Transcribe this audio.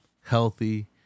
healthy